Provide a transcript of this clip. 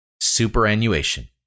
Superannuation